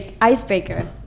icebreaker